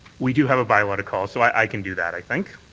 we do have a bylaw to call. so i can do that, i think.